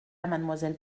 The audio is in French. mademoiselle